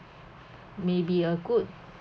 may be a good